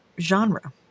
genre